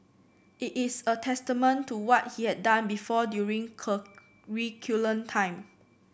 it is a testament to what he had done before during curriculum time